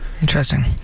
interesting